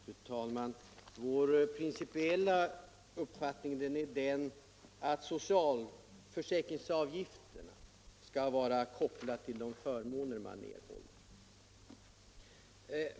Fru talman! Vår principiella uppfattning är att socialförsäkringsavgiften skall vara kopplad till förmånerna.